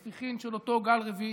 ספיחים של אותו גל רביעי.